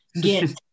get